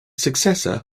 successor